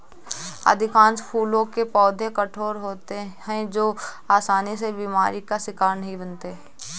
अधिकांश फूलों के पौधे कठोर होते हैं जो आसानी से बीमारी का शिकार नहीं बनते